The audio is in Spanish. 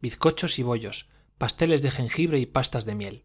bizcochos y bollos pasteles de jengibre y pastas de miel